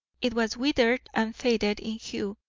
it was withered and faded in hue,